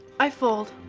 i fold.